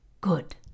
good